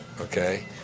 okay